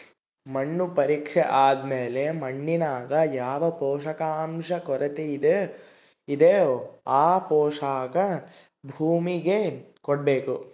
ಮಣ್ಣು ಪರೀಕ್ಷೆ ಆದ್ಮೇಲೆ ಮಣ್ಣಿನಾಗ ಯಾವ ಪೋಷಕಾಂಶ ಕೊರತೆಯಿದೋ ಆ ಪೋಷಾಕು ಭೂಮಿಗೆ ಕೊಡ್ಬೇಕು